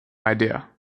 idea